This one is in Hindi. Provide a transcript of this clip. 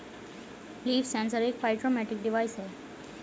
लीफ सेंसर एक फाइटोमेट्रिक डिवाइस है